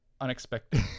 unexpected